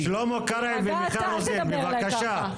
חברי הכנסת שלמה קרעי ומיכל רוזין, בבקשה.